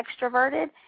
extroverted